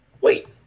Wait